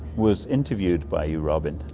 was interviewed by you, robyn.